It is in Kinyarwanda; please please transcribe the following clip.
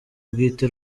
bwite